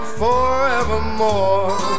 forevermore